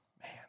Man